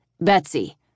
Betsy